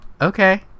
Okay